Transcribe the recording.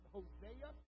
Hosea